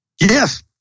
Yes